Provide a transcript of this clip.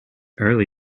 early